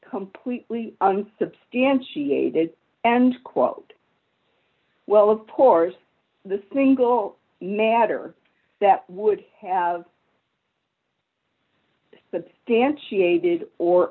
completely unsubstantiated and quote well of course the single matter that would have substantiated or